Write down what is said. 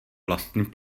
vlastní